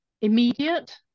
immediate